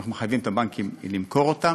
אנחנו מחייבים את הבנקים למכור אותם,